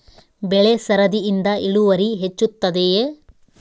ಬೆಳೆ ಸರದಿಯಿಂದ ಇಳುವರಿ ಹೆಚ್ಚುತ್ತದೆಯೇ?